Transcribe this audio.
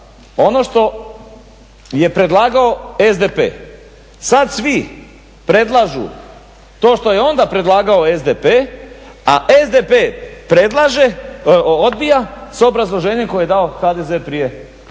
ono što je predlagao SDP. Sad svi predlažu to što je onda predlagao SDP, a SDP odbija s obrazloženjem koje je dao HDZ prije dok je